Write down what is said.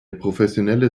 professionelle